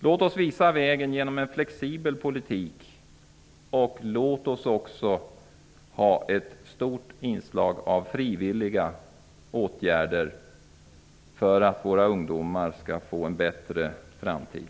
Låt oss visa vägen genom en flexibel politik, och låt oss också ha ett stort inslag av frivilliga åtgärder, så att våra ungdomar kan få en bättre framtid.